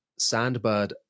sandbird